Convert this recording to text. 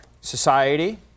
society